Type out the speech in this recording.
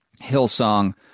Hillsong